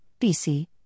BC